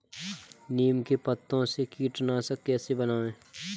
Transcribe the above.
नीम के पत्तों से कीटनाशक कैसे बनाएँ?